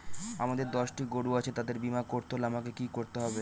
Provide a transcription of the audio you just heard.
আমার দশটি গরু আছে তাদের বীমা করতে হলে আমাকে কি করতে হবে?